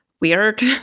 weird